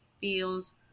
feels